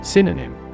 Synonym